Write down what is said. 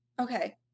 Okay